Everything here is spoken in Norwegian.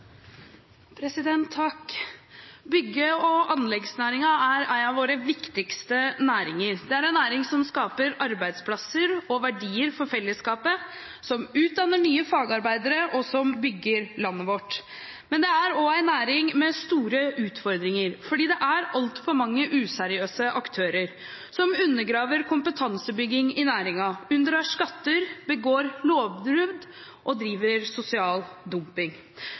en av våre viktigste næringer. Det er en næring som skaper arbeidsplasser og verdier for fellesskapet, som utdanner nye fagarbeidere, og som bygger landet vårt. Men det er også en næring med store utfordringer. For det er altfor mange useriøse aktører som undergraver kompetansebygging i næringen, unndrar skatter, begår lovbrudd og driver sosial dumping.